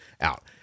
out